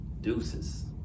Deuces